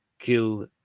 kill